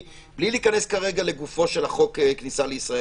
בלי להיכנס לגופו של חוק כניסה לישראל